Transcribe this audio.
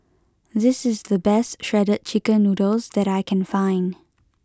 this is the best Shredded Chicken Noodles that I can find